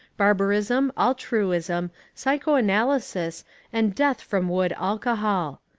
barbarism, altruism, psychoanalysis and death from wood alcohol.